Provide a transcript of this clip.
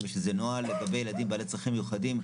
האם יש נוהל לגבי ילדים עם צרכים מיוחדים?